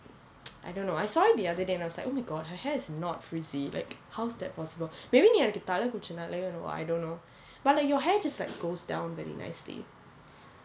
I don't know I saw it the other day and I was like oh my god her has not frizzy like how's that possible maybe நீ அன்னிக்கு தலை குளிச்சநாளையோ:ni annikku thalai kulichanaalaiyo I don't know but like your hair just like goes down very nicely